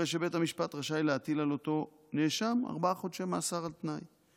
הרי שבית המשפט רשאי להטיל על אותו נאשם ארבעה חודשי מאסר על תנאי.